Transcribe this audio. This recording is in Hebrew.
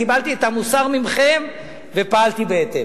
קיבלתי את המוסר מכם ופעלתי בהתאם.